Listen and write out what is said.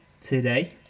today